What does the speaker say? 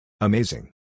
Amazing